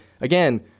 again